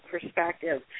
perspective